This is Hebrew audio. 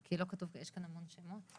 כי יש כאן המון שמות.